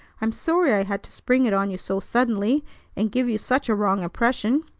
i'm sorry i had to spring it on you so suddenly and give you such a wrong impression.